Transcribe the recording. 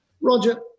Roger